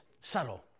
Subtle